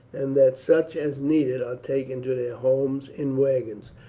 and that such as need it are taken to their homes in wagons.